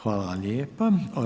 Hvala lijepa.